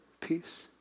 peace